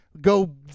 go